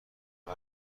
عمل